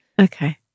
Okay